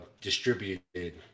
distributed